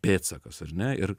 pėdsakas ar ne ir